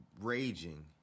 raging